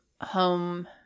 home